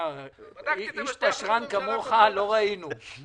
איש פשרן כמוך לא ראינו ...